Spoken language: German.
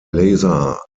laser